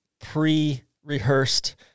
pre-rehearsed